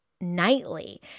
nightly